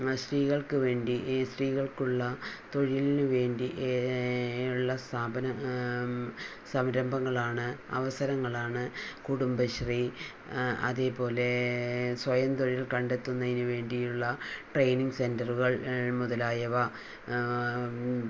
സ്ത്രീകൾക്ക് വേണ്ടി ഈ സ്ത്രീകൾക്കുള്ള തൊഴിലിനു വേണ്ടി ഉള്ള സ്ഥാപനം സംരംഭങ്ങളാണ് അവസരങ്ങളാണ് കുടുംബശ്രീ അതേപോലെ സ്വയംതൊഴിൽ കണ്ടെത്തുന്നതിന് വേണ്ടിയുള്ള ട്രെയിനിങ് സെൻ്ററുകൾ മുതലായവ